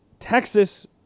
Texas